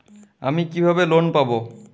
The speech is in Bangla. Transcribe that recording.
আমি কিভাবে লোন পাব?